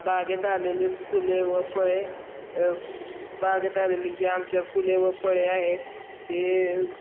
बागेत आलेली फुले व फळे बागेत आलेली जी आमच्या फुले व फळे आहेत ते